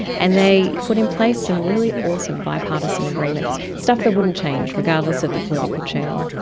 and they put in place some really awesome bipartisan agreements, stuff that wouldn't change, regardless of the political churn.